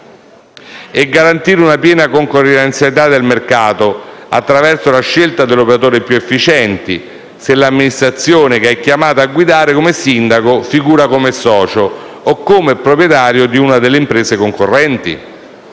e garantire una piena concorrenzialità del mercato, attraverso la scelta dell'operatore più efficiente, se l'amministrazione che è chiamato a guidare come sindaco figura come socio o come proprietario di una delle imprese concorrenti?